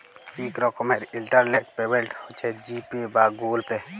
ইক রকমের internet payment হছে জি পে বা গুগল পে